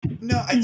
No